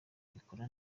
bikora